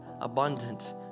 abundant